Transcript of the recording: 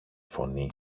φωνή